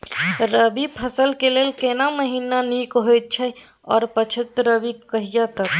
रबी फसल के लेल केना महीना नीक होयत अछि आर पछाति रबी कहिया तक?